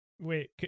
Wait